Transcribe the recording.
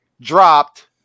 dropped